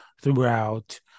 throughout